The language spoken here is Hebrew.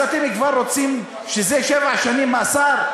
אז אתם כבר רוצים שבע שנים מאסר?